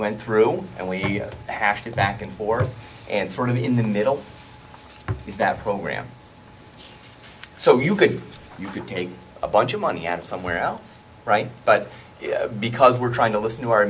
went through and we hashed it back and forth and sort of the in the middle east that program so you could you could take a bunch of money at somewhere else right but because we're trying to listen to our